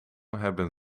hebben